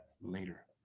later